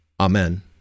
Amen